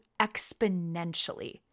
exponentially